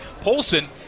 Polson